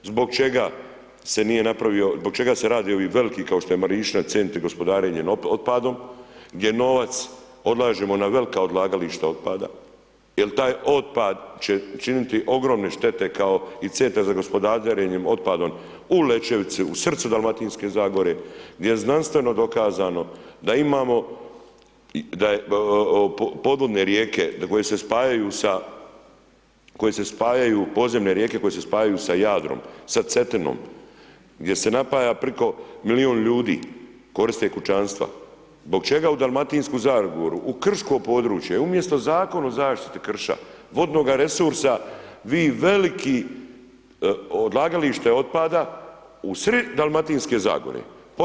Zbog čega se nije napravio, zbog čega se radi ovi veliki kao što je .../nerazumljivo/... centri gospodarenje otpadom gdje novac odlažemo na velika odlagališta otpada jer taj otpad će činiti ogromne štete kao i Centra za gospodarenje otpadom u Lečevici, u srcu Dalmatinske zagore, gdje je znanstveno dokazano da imamo, da je podvodne rijeke koje se spajaju u podzemne rijeke, koje se spajaju ja Jadrom, sa Cetinom, gdje se napaja preko milijun ljudi korisnika i kućanstva, zbog čega u Dalmatinsku zagoru u krško područje, umjesto Zakon o zaštiti krša, vodnog resursa, vi veliki odlagalište otpada u sred Dalmatinske zagore.